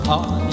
on